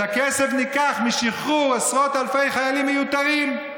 את הכסף ניקח משחרור עשרות אלפי חיילים מיותרים.